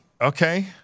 Okay